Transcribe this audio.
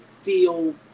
feel